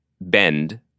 bend